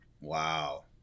Wow